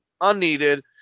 unneeded